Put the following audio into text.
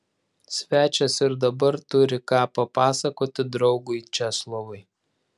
svečias ir dabar turi ką papasakoti draugui česlovui